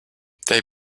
they